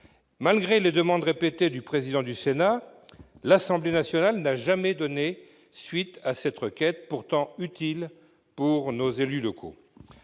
Malgré les demandes répétées du président du Sénat, l'Assemblée nationale n'a jamais donné suite à cette requête, pourtant utile pour nos élus locaux.